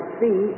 see